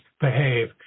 behave